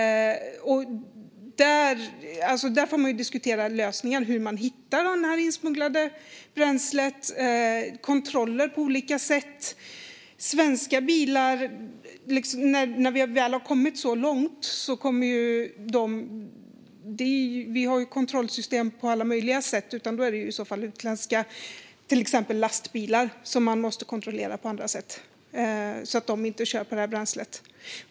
Man får diskutera lösningar och kontroller på olika sätt för att hitta det insmugglade bränslet. Vi har kontrollsystem, men här gäller det att till exempel kontrollera att lastbilar inte kör på det här bränslet.